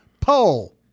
poll